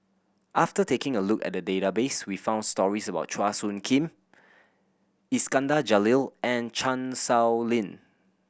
after taking a look at the database we found stories about Chua Soo Khim Iskandar Jalil and Chan Sow Lin